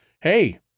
hey